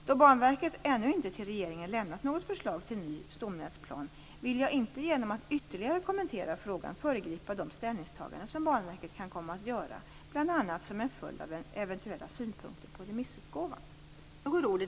Då Banverket ännu inte till regeringen lämnat något förslag till ny stomnätsplan vill jag inte genom att ytterligare kommentera frågan föregripa de ställningstaganden som Banverket kan komma att göra, bl.a. som en följd av eventuella synpunkter på remissutgåvan.